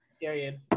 Period